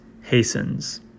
hastens